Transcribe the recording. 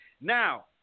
Now